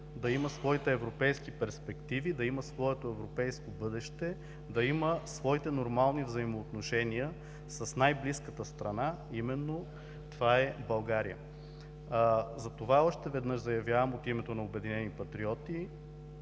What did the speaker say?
да има своите европейски перспективи, да имат своето европейско бъдеще, да има своите нормални взаимоотношения с най-близката страна, а именно това е България. Затова още веднъж заявявам от името на „Обединени патриоти“